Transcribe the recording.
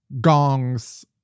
gongs